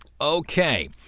Okay